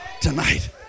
tonight